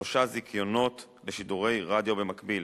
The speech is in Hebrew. שלושה זיכיונות לשידורי רדיו במקביל.